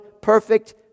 perfect